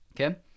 Okay